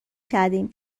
کردیم